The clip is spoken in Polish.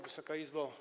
Wysoka Izbo!